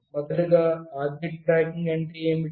మొదటగా object tracking అంటే ఏమిటి